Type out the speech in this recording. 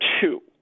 two